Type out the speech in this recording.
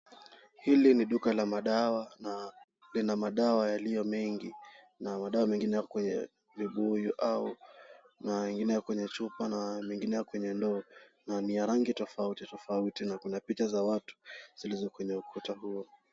Hili ni duka la madawa na lina madawa yaliyo mengi. Na madawa mengine yako kwenye vibuyu na mengine yako kwenye chupa na mengine yako kwenye ndoo, ni ya rangi tofauti na kuna picha za watu zilizo kwenye ukuta huo.